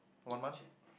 let me check